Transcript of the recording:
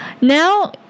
now